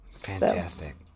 Fantastic